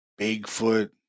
Bigfoot